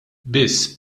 biss